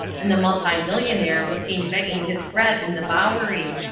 and the multimillionaire was seen begging his bread in the bowery.